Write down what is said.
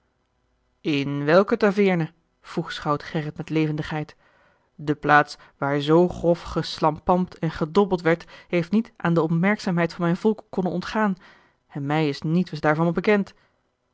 in welke taveerne vroeg schout gerrit met levendigheid de plaats waar zoo grof geslampamt en gedobbeld werd heeft niet aan de opmerkzaamheid van mijn volk konnen ontgaan en mij is nietwes daarvan